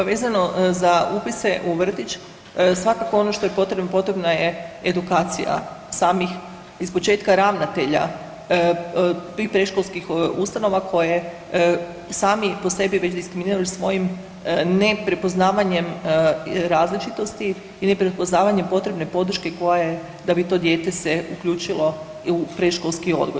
Pa vezano za upise u vrtić svakako ono što je potrebno potrebna je edukacija samih iz početka ravnatelja tih predškolskih ustanova koje sami po sebi već diskriminiraju svojim neprepoznavanjem različitosti i neprepoznavanjem potrebne podrške koja je da bi to dijete se uključilo u predškolski odgoj.